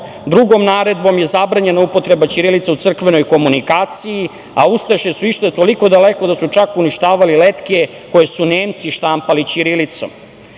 Drugom naredbom je zabranjena upotreba ćirilice u crkvenoj komunikaciji, a ustaše su išle toliko daleko da su čak uništavali letke koje su Nemci štampali ćirilicom. Naravno,